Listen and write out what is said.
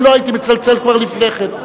אם לא, הייתי מצלצל כבר לפני כן.